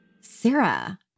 Sarah